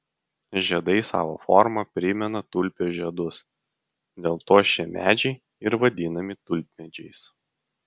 žiedai savo forma primena tulpių žiedus dėl to šie medžiai ir vadinami tulpmedžiais